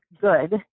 good